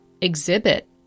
exhibit